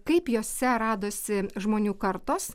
kaip jose radosi žmonių kartos